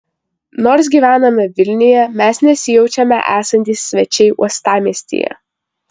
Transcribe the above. nors gyvename vilniuje mes nesijaučiame esantys svečiai uostamiestyje